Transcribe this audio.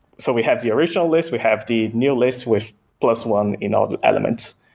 so we have the original list, we have the new list with plus one in all the elements.